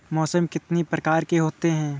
मौसम कितनी प्रकार के होते हैं?